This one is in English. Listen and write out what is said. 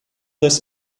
this